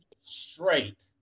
Straight